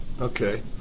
Okay